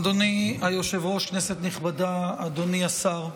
אדוני היושב-ראש, כנסת נכבדה, אדוני השר,